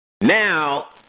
now